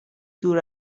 دور